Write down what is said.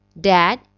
Dad